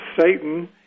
Satan